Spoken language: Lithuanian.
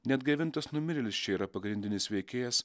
neatgaivintas numirėlis čia yra pagrindinis veikėjas